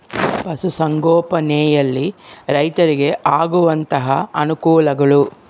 ಪಶುಸಂಗೋಪನೆಯಲ್ಲಿ ರೈತರಿಗೆ ಆಗುವಂತಹ ಅನುಕೂಲಗಳು?